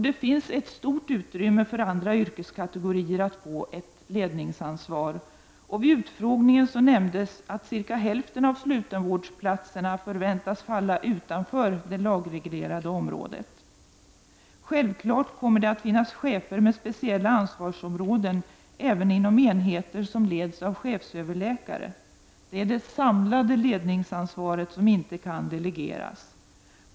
Det finns ett stort utrymme för andra yrkeskategorier att få ett ledningsansvar. Vid utfrågningen nämndes att cirka hälften av slutenvårdsplatserna förväntas falla utanför det lagreglerade området. Självklart kommer det att finns chefer med speciella ansvarsområden även inom enheter som leds av chefsöverläkare. Det är det samlade ledningsansvaret som inte kan delegeras.